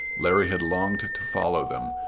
larry had longed to follow them,